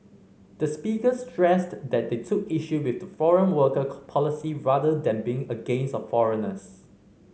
the speakers stressed that they took issue with the foreign worker policy rather than being against of foreigners